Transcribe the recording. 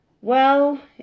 Well